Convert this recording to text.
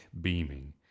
beaming